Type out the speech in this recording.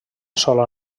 sola